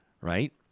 right